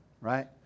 right